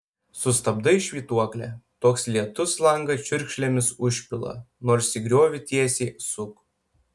sustabdai švytuoklę toks lietus langą čiurkšlėmis užpila nors į griovį tiesiai suk